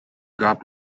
gab